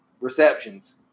receptions